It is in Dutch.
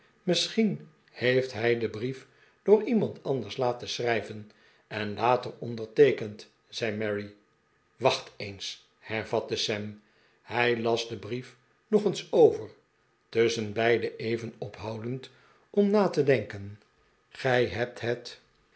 misschien heeft hij dien brief door iemand anders laten schrijven en later onderteekend zei mary wacht eens hervatte sam hij las den brief nog eens over tusschenbeide even ophoudend om na te denken gij hebt het